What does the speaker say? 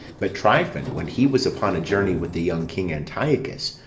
but tryphon, when he was upon a journey with the young king, antiochus,